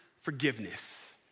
forgiveness